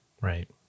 Right